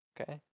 Okay